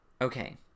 Okay